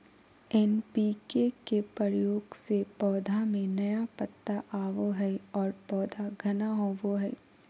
NPK के प्रयोग से पौधा में नया पत्ता आवो हइ और पौधा घना होवो हइ